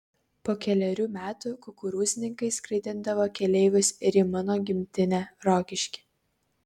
po kelerių metų kukurūznikai skraidindavo keleivius ir į mano gimtinę rokiškį